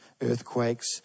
earthquakes